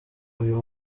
uyu